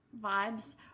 vibes